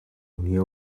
unió